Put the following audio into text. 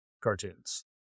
cartoons